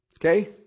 Okay